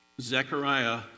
Zechariah